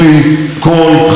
חברי הכנסת,